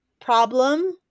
problem